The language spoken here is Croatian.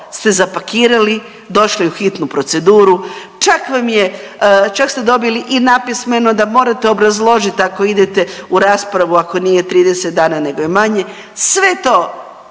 ste zapakirali, došli u hitnu proceduru, čak vam je, čak ste dobili i napismeno da morate obrazložiti ako idete u raspravu ako nije 30 dana nego je manje. Sve to